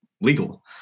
legal